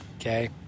Okay